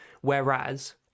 Whereas